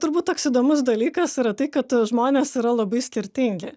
turbūt toks įdomus dalykas yra tai kad žmonės yra labai skirtingi